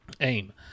AIM